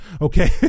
Okay